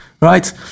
right